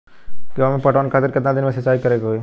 गेहूं में पटवन खातिर केतना दिन पर सिंचाई करें के होई?